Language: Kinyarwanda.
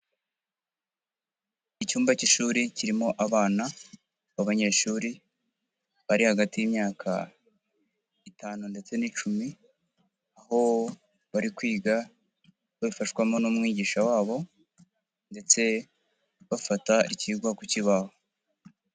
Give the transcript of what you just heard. Icyumba cy'ishuri kirimo abana b'abanyeshuri, bari hagati y'imyaka itanu ndetse n'icumi aho bari kwiga babifashwamo n'umwigisha wabo ndetse bafata ikigwa ku kibaho.